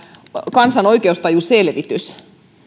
kansan oikeustajuselvitys